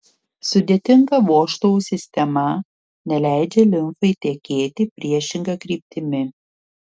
sudėtinga vožtuvų sistema neleidžia limfai tekėti priešinga kryptimi